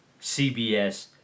CBS